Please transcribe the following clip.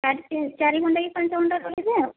ଚାରି ଚାରି ଘଣ୍ଟା କି ପାଞ୍ଚ ଘଣ୍ଟା ଯେ ରହିବେ ଆଉ